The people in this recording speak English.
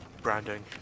branding